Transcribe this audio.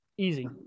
Easy